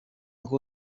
uncle